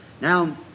Now